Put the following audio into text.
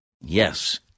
Yes